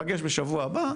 "ניפגש בשבוע הבא"